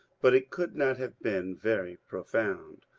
but it could not have been very profound,